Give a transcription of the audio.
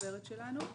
הדוברת שלנו.